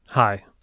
Hi